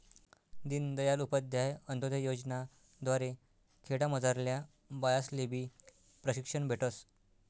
दीनदयाल उपाध्याय अंतोदय योजना द्वारे खेडामझारल्या बायास्लेबी प्रशिक्षण भेटस